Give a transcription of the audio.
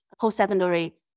post-secondary